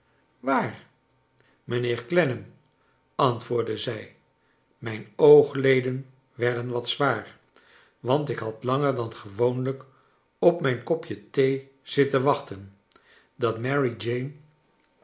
waar mijnheer clennam antwoordde zij mijn oogleden werden wat zwaar want ik had langer dan gewoonlijk op mijn kopje thee zitten wachten dat